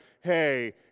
Hey